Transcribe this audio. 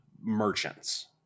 merchants